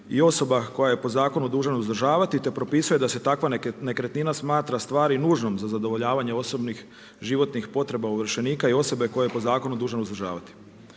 i osoba koje je po zakonu dužan uzdržavati, te propisuje da se takva nekretnina smatra stvari nužnom za zadovoljavanje osobnih životnih potreba ovršenika i osobe koju je po zakonu dužna uzdržavati.